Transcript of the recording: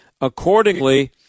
Accordingly